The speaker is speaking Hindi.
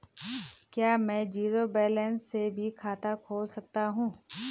क्या में जीरो बैलेंस से भी खाता खोल सकता हूँ?